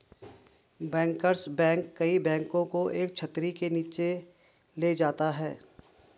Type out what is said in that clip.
bankers bank कई बैंकों को एक छतरी के नीचे ले जाता है